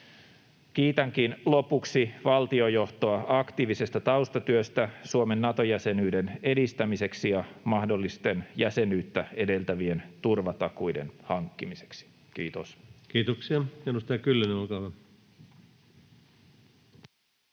Kiitänkin lopuksi valtiojohtoa aktiivisesta taustatyöstä Suomen Nato-jäsenyyden edistämiseksi ja mahdollisten jäsenyyttä edeltävien turvatakuiden hankkimiseksi. — Kiitos. Kiitoksia. — Edustaja Kyllönen, olkaa hyvä.